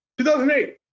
2008